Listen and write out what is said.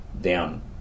down